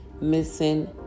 missing